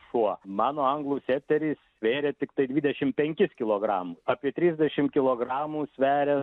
šuo mano anglų seteris svėrė tiktai dvidešim penkis kilogram apie trisdešim kilogramų sveria